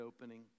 opening